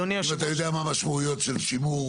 אם אתה יודע מה המשמעויות של שימור.